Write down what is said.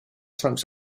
types